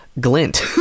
glint